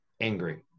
angry